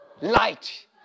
light